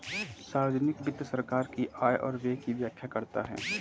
सार्वजिक वित्त सरकार की आय और व्यय की व्याख्या करता है